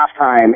halftime